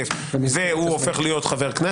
בזו.